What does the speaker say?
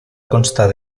constar